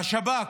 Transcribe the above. והשב"כ,